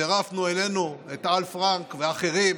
וצירפנו אלינו את אל פרנק ואחרים,